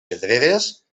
pedreres